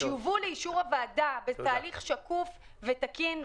שיובאו לאישור הוועדה בתהליך שקוף ותקין,